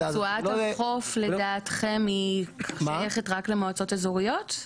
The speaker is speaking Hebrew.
רצועת החוף לדעתכם שייכת רק למועצות אזוריות?